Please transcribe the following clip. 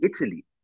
Italy